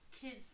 Kids